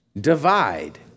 divide